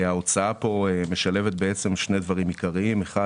ההוצאה פה משלבת שני דברים עיקריים: אחד